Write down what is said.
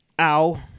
Ow